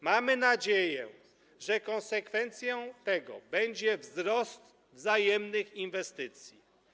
Mamy nadzieję, że konsekwencją tego będzie wzrost wzajemnych inwestycji.